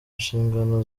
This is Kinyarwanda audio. nshingano